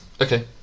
Okay